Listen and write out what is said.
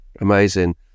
Amazing